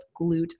glute